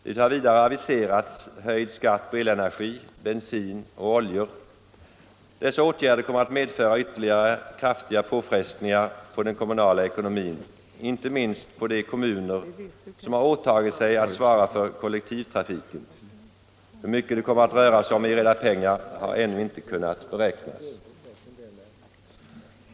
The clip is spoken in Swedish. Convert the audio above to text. Det har vidare aviserats höjd skatt på elenergi, bensin och oljor. Dessa åtgärder kommer att medföra ytterligare kraftiga påfrestningar på den kommunala ekonomin, inte minst på de kommuner som har åtagit sig att svara för kollektivtrafiken. Hur mycket det kommer att röra sig om i reda pengar har ännu inte kunnat beräknas.